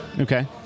Okay